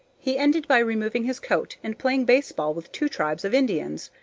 he ended by removing his coat, and playing baseball with two tribes of indians.